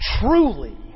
truly